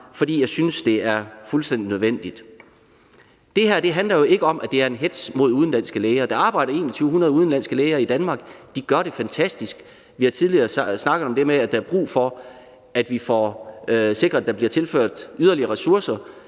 For jeg synes, det er fuldstændig nødvendigt. Det her handler jo ikke om, at det er en hetz mod udenlandske læger. Der arbejder 2.100 udenlandske læger i Danmark, og de gør det fantastisk, og vi har tidligere snakket om det med, at der er brug for, at vi får sikret, at der bliver tilført yderligere ressourcer